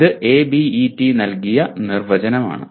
ഇത് ABET നൽകിയ നിർവചനം ആണ്